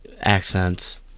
accents